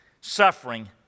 suffering